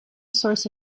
source